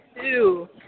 two